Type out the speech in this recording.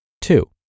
Two